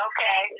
Okay